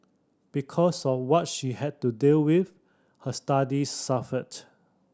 because of what she had to deal with her studies suffered